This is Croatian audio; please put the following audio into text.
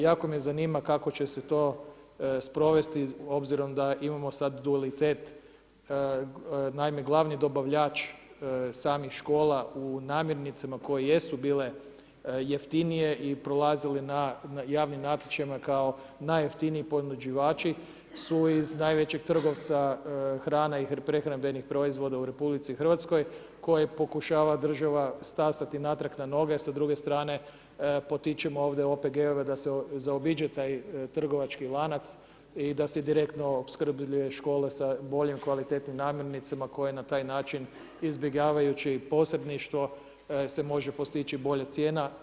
Jako me zanima kako će se to sprovesti s obzirom da imamo sad dualitet, naime glavni dobavljač samih škola u namirnicama koje jesu bile jeftinije i prolazili na javnim natječajima kao najjeftiniji ponuđači su iz najvećih trgovca hrana i prehrambenih proizvoda u RH, koje pokušava država stasati natrag na noge, a s druge strane, potičemo ovdje OPG-ove da se zaobiđe taj trgovački lanac i da se direktno opskrbljuje škole sa boljim i kvalitetnijim namirnicama koje na taj način izbjegavajući posredništvo, se može postići bolja cijena.